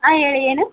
ಹಾಂ ಹೇಳಿ ಏನು